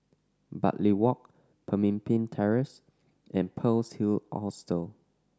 Bartley Walk Pemimpin Terrace and Pearl's Hill Hostel